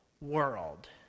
world